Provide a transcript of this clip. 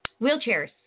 Wheelchairs